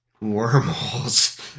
wormholes